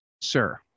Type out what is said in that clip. Sir